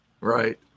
Right